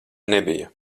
nebija